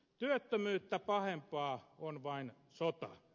työttömyyttä pahempaa on vain sota